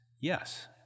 yes